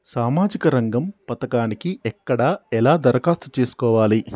సామాజిక రంగం పథకానికి ఎక్కడ ఎలా దరఖాస్తు చేసుకోవాలి?